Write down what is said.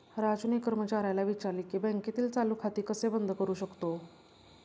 राजूने कर्मचाऱ्याला विचारले की बँकेतील चालू खाते कसे बंद करू शकतो?